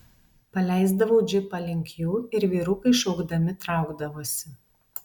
paleisdavau džipą link jų ir vyrukai šaukdami traukdavosi